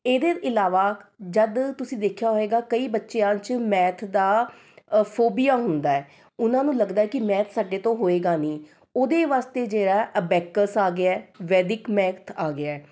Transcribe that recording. ਇਹਦੇ ਇਲਾਵਾ ਜਦ ਤੁਸੀਂ ਦੇਖਿਆ ਹੋਏਗਾ ਕਈ ਬੱਚਿਆਂ 'ਚ ਮੈਂਥ ਦਾ ਫੋਬੀਆ ਹੁੰਦਾ ਹੈ ਉਹਨਾ ਨੂੰ ਲੱਗਦਾ ਹੈ ਮੈਥ ਸਾਡੇ ਤੋਂ ਹੋਏਗਾ ਨਹੀਂ ਉਹਦੇ ਵਾਸਤੇ ਜਿਹੜਾ ਐਬਾਕਸ ਆ ਗਿਆ ਵੈਦਿਕ ਮੈਥ ਆ ਗਿਆ